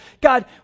God